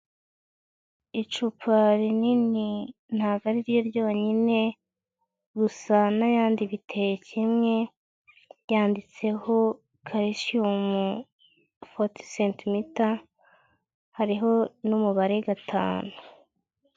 Icupa rinini ntago ariryo ryonyine, gusa n'ayandi bite kimwe, ryanditseho karisiyumu foti senti mita, hariho n'umubare gatanu.